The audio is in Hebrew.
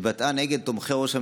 התבטאה נגד תומכי ראש הממשלה.